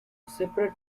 separate